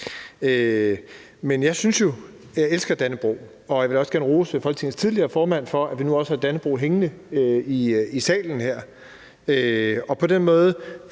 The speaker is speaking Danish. er det. Men jeg elsker Dannebrog, og jeg vil også gerne rose Folketingets tidligere formand for, at vi nu også har Dannebrog hængende i salen her. På den måde